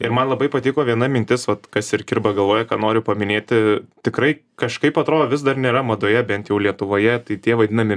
ir man labai patiko viena mintis vat kas ir kirba galvoje ką noriu paminėti tikrai kažkaip atrodo vis dar nėra madoje bent jau lietuvoje tai tie vadinami